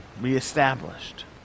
reestablished